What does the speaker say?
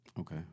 Okay